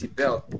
belt